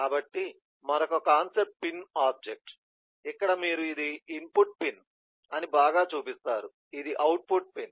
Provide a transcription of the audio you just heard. కాబట్టి మరొక concept pin object ఇక్కడ మీరు ఇది ఇన్పుట్ పిన్ అని బాగా చూపిస్తారు ఇది అవుట్పుట్ పిన్